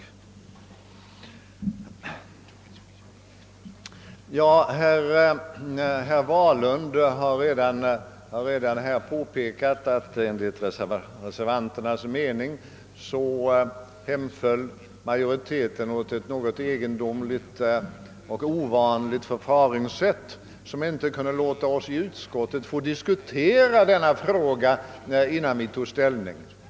Herr Wahlund har redan påpekat att enligt reservanternas mening hemföll utskottsmajoriteten åt ett något egendomligt och ovanligt förfaringssätt genom att inte låta oss i utskottet diskutera denna fråga innan vi tog ställning.